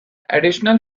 additional